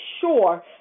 sure